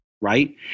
right